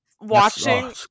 watching